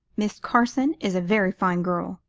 miss carson is a very fine girl.